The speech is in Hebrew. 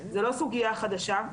זו לא סוגיה חדשה.